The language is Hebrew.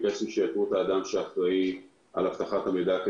אבטחת המידע,